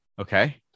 Okay